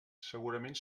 segurament